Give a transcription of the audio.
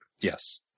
Yes